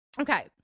Okay